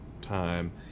time